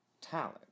talent